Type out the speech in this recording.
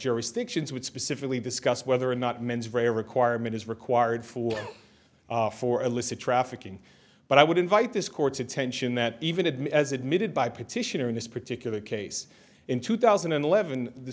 jurisdictions would specifically discuss whether or not mens rea a requirement is required for for illicit trafficking but i would invite this court's attention that even admit as admitted by petitioner in this particular case in two thousand and eleven the